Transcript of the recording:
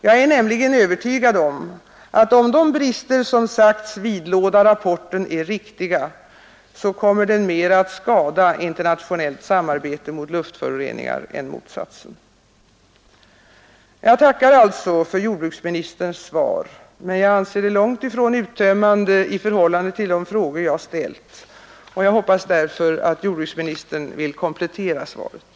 Jag är nämligen övertygad om, att om de brister som sagts vidlåda rapporten är riktiga, så kommer den att mera skada internationellt samarbete mot luftföroreningar än motsatsen. Jag tackar alltså för jordbruksministerns svar men anser det långt ifrån uttömmande i förhållande till de frågor jag ställt. Jag hoppas därför att jordbruksministern vill komplettera svaret.